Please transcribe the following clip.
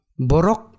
Borok